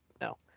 No